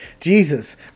Jesus